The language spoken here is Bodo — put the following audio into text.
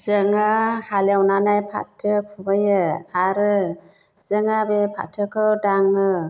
जोङो हाल एवनानै फाथो खुबैयो आरो जोङो बे फाथोखौ दाङो